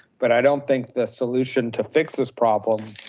but i don't think the solution to fix this problem,